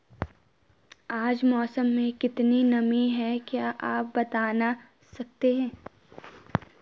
आज मौसम में कितनी नमी है क्या आप बताना सकते हैं?